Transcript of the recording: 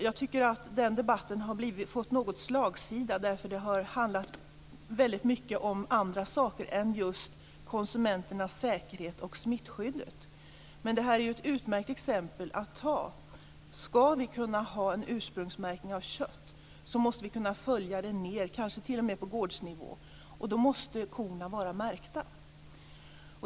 Jag tycker att den debatten har fått lite slagsida för den har handlat väldigt mycket om andra saker än om just konsumenternas säkerhet och om smittskyddet. Men det här är ett utmärkt exempel. Ska vi kunna ha en ursprungsmärkning av kött måste den kunna följas kanske ända ned på gårdsnivå, och då måste korna vara märkta.